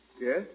Yes